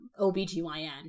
OBGYN